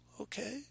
okay